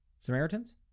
Samaritans